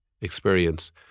experience